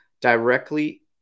directly